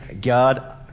God